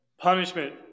punishment